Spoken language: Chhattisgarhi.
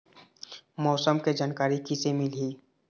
मौसम के जानकारी किसे मिलही?